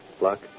luck